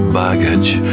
baggage